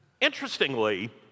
interestingly